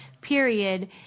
period